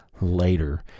later